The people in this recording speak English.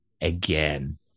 again